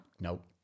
nope